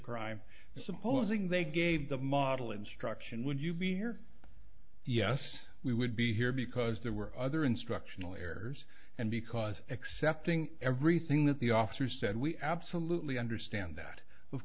and supposing they gave the model instruction would you be here yes we would be here because there were other instructional errors and because accepting everything that the officers said we absolutely understand that of